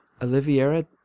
Oliviera